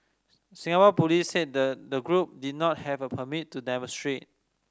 Singapore police said the the group did not have a permit to demonstrate